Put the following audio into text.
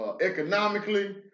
economically